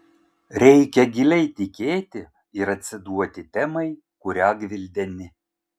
reikia giliai tikėti ir atsiduoti temai kurią gvildeni